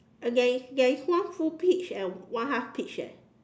uh there is there is one full peach and one half peach eh